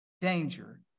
danger